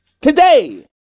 today